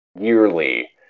yearly